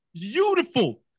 beautiful